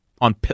on